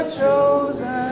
chosen